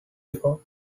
report